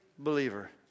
believer